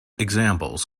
examples